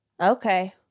Okay